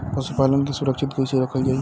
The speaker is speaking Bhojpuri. पशुपालन के सुरक्षित कैसे रखल जाई?